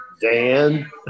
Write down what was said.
Dan